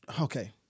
okay